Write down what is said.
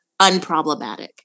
unproblematic